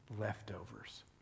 leftovers